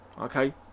okay